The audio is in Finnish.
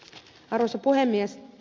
arvoisa puhemies